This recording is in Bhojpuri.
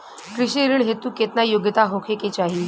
कृषि ऋण हेतू केतना योग्यता होखे के चाहीं?